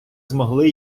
змогли